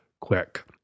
quick